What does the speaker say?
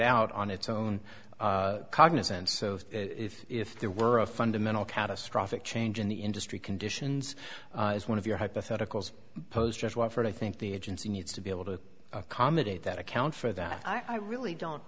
out on its own cognizance if if there were a fundamental catastrophic change in the industry conditions as one of your hypotheticals posed for i think the agency needs to be able to accommodate that account for that i really don't